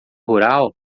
rural